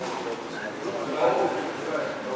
בקריאה השלישית.